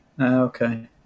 okay